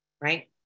right